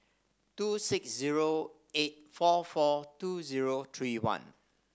two six zero eight four four two zero three one